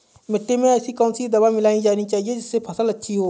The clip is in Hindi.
मिट्टी में ऐसी कौन सी दवा मिलाई जानी चाहिए जिससे फसल अच्छी हो?